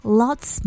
lots